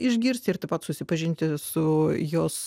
išgirsti ir taip pat susipažinti su jos